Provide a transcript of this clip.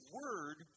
word